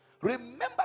Remember